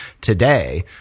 today